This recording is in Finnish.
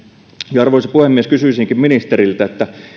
arvoisa puhemies kysyisinkin ministeriltä